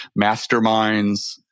masterminds